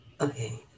Okay